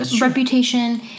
Reputation